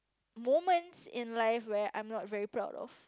moments in life where I'm not very proud of